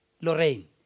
Lorraine